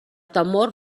temor